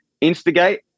instigate